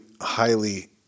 highly